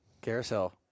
Carousel